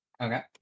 Okay